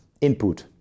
input